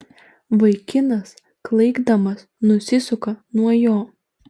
vaikinas klaikdamas nusisuka nuo jo